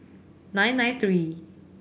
nine nine three